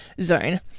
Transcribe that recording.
zone